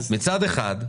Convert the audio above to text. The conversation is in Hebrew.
מצד אחד,